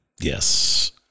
Yes